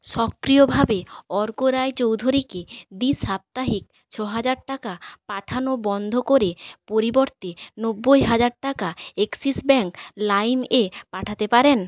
সক্রিয়ভাবে অর্ক রায়চৌধুরীকে দ্বি সাপ্তাহিক ছ হাজার টাকা পাঠানো বন্ধ করে পরিবর্তে নব্বই হাজার টাকা এক্সিস ব্যাংক লাইমে পাঠাতে পারেন